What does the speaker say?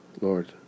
Lord